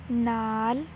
ਨਾਲ